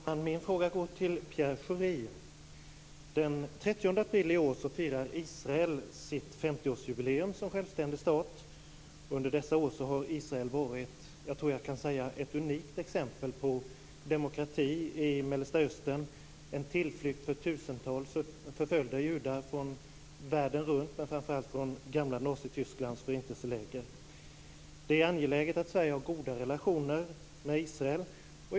Fru talman! Min fråga går till Pierre Schori. Den 30 april i år firar Israel sitt 50-årsjubileum som självständig stat. Under dessa år har Israel varit ett - det tror jag att jag kan säga - unikt exempel på demokrati i Mellersta Östern. Det har varit en tillflykt för tusentals förföljda judar från runt om i världen, men framför allt från gamla Nazitysklands förintelseläger. Det är angeläget att Sverige har goda relationer med Israel.